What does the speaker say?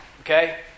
Okay